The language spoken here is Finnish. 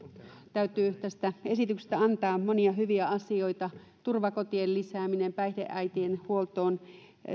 täytyy tästä esityksestä antaa siinä on monia hyviä asioita turvakotien lisääminen päihdeäitien huoltoon